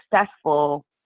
successful